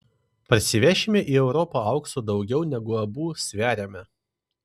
parsivešime į europą aukso daugiau negu abu sveriame